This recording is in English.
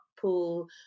pool